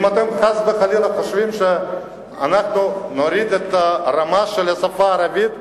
אם אתם חס וחלילה חושבים שאנחנו נוריד את הרמה של השפה הערבית,